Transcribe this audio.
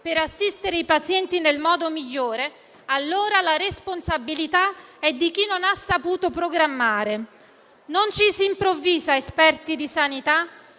per assistere i pazienti nel modo migliore, allora la responsabilità è di chi non ha saputo programmare. Non ci si improvvisa esperti di sanità,